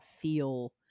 feel